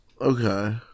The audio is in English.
Okay